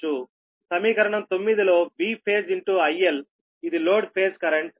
సమీకరణం 9 లో Vphase IL ఇది లోడ్ ఫేజ్ కరెంట్